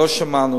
לא שמענו,